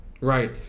Right